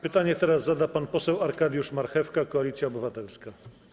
Pytanie teraz zada pan poseł Arkadiusz Marchewka, Koalicja Obywatelska.